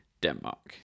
Denmark